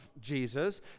Jesus